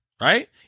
right